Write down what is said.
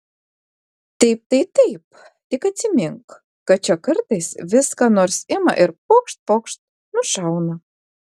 taip tai taip tik atsimink kad čia kartais vis ką nors ima ir pokšt pokšt nušauna